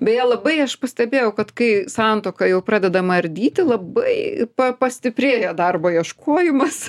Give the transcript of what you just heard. beje labai aš pastebėjau kad kai santuoka jau pradedama ardyti labai pa pastiprėja darbo ieškojimas